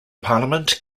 parliament